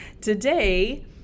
today